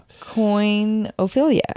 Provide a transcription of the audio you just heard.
coinophilia